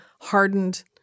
hardened